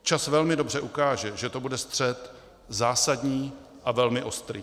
Čas velmi dobře ukáže, že to bude střet zásadní a velmi ostrý.